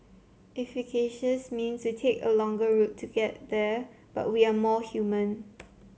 efficacious means we take a longer route to get there but we are more human